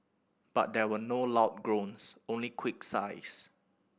but there were no loud groans only quick sighs